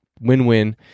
win-win